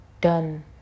done